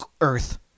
earth